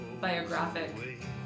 biographic